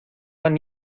han